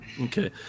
okay